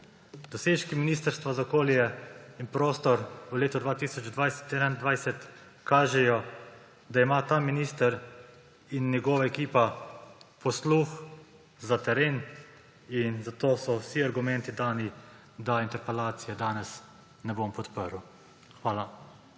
Dosežki Ministrstva za okolje in prostor v letu 2020–2021 kažejo, da ima ta minister in njegova ekipa posluh za teren, in zato so vsi argumenti dani, da interpelacije danes ne bom podprl. Hvala.